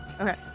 Okay